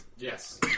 Yes